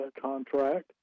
contract